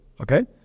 okay